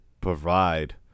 provide